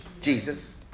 Jesus